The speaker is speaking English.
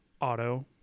Auto